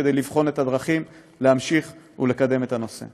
כדי לבחון את הדרכים להמשיך לקדם את הנושא.